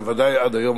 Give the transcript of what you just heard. בוודאי עד היום,